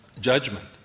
judgment